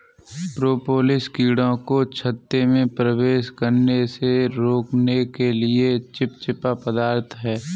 propolis कीड़ों को छत्ते में प्रवेश करने से रोकने के लिए चिपचिपा पदार्थ है